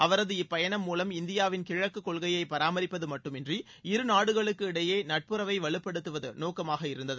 அவரது இப்பயணம் மூலம் இந்தியாவின் கிழக்கு கொள்கையை பராமிப்பது மட்டுமின்றி இருநாடுகளுக்கு இடையே நட்புறவை வலுப்படுத்துவது நோக்கமாக இருந்தது